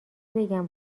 بگم